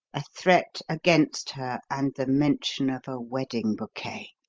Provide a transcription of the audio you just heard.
a threat against her, and the mention of a wedding bouquet!